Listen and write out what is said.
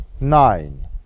Nine